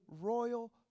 royal